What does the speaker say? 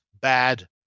bad